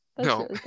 no